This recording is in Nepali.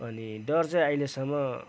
अनि डर चाहिँ अहिलेसम्म